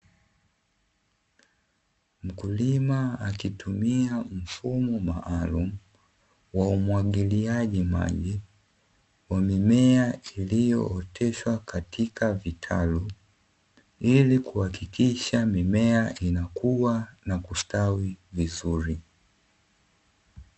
Mkulima akitumia mfumo maalumu wa umwagiliaji maji wa mimea iliyooteshwa katika vitalu, ili kuhakikisha mimea inakuwa na kustawi vizuri.